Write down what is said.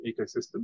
ecosystem